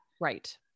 Right